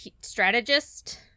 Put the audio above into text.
strategist